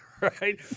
right